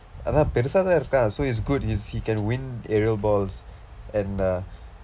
அதான் பெருசா தான் இருக்கிறான்:athaan perusaa thaan irukkiraan so he's good his he can win aerial balls and uh